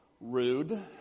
Rude